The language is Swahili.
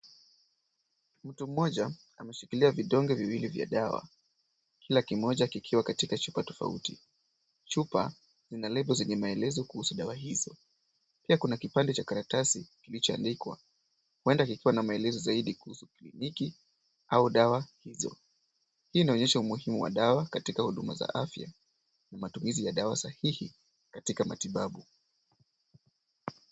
Mtu mmoja ameshikilia vidonge viwili vya dawa kila kimoja kikiwa katika chupa tofauti. Chupa zina lebo zenye maelezo kuhusu dawa hizo. Pia kuna kipande cha karatasi kilichoandikwa huenda kikiwa na maelezo zaidi kuhusu kliniki au dawa hizo. Hii inaonyesha umuhimu wa dawa katika huduma za afya na matumizi ya dawa sahihi katika matibabu.